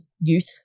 youth